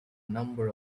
number